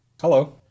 hello